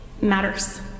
matters